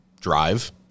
drive